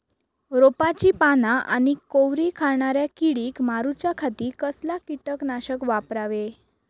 रोपाची पाना आनी कोवरी खाणाऱ्या किडीक मारूच्या खाती कसला किटकनाशक वापरावे?